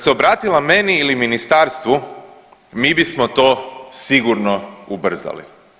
Da se obratila meni ili ministarstvu mi bismo to sigurno ubrzali.